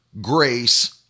grace